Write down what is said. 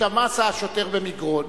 מה עשה השוטר במגרון,